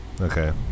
Okay